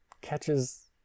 catches